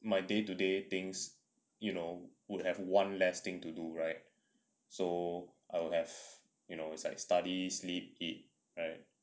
my day to day things you know would have one less thing to do right so I'll have you know it's like study sleep eat right